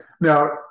now